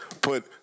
Put